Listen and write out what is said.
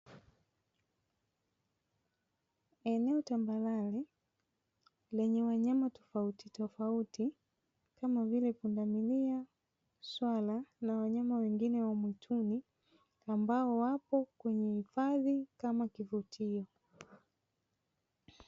Eneo tambarare lenye wanyama tofautitofauti kama vile pundamilia, swala na wanyama wengine wa mwituni ambao wapo kwenye hifadhi kama kivutio.